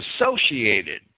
associated